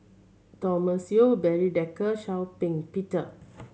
Thomas Yeo Barry Desker Shau Ping Peter